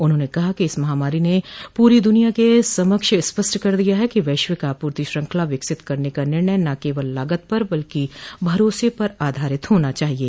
उन्होंने कहा कि इस महामारी ने पूरी दुनिया के समक्ष स्पष्ट कर दिया है कि वैश्विक आपूर्ति श्रंखला विकसित करने का निर्णय न केवल लागत पर बल्कि भरोसे पर आधारित होना चाहिये